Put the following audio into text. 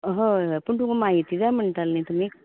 होय होय पूण तुमकां म्हायती जाय म्हण्टाले न्ही तुमी